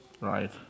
right